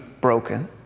broken